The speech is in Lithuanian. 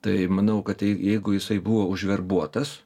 tai manau kad jei jeigu jisai buvo užverbuotas